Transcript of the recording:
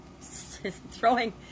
throwing